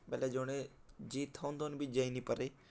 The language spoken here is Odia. ବେଲେ ଜଣେ ଜିଇଁ ଥାଉନ୍ ଥାଉନ୍ ବି ଯାଇ ନି ପାରେ